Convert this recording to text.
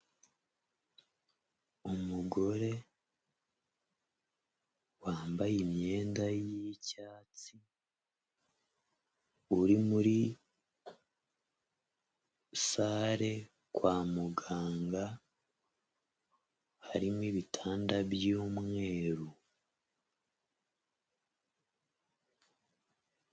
Umugore wambaye imyenda y'icyatsi, uri muri saree kwa muganga, harimo ibitanda by'umweru.